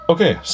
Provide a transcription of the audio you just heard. Okay